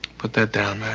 put that down.